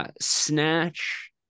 Snatch